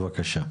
בבקשה.